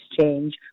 change